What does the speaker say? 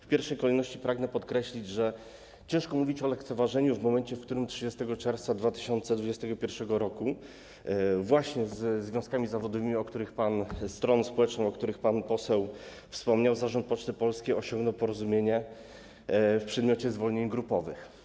W pierwszej kolejności pragnę podkreślić, że ciężko mówić o lekceważeniu w momencie, w którym 30 czerwca 2021 r. właśnie ze związkami zawodowymi, stroną społeczną, o której pan poseł wspomniał, Zarząd Poczty Polskiej osiągnął porozumienie w przedmiocie zwolnień grupowych.